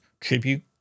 tribute